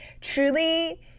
truly